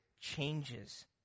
changes